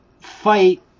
fight